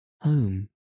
Home